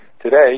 Today